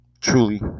Truly